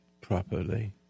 properly